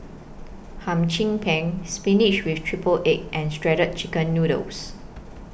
Hum Chim Peng Spinach with Triple Egg and Shredded Chicken Noodles